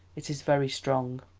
it is very strong.